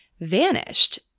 vanished